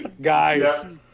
guys